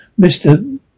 Mr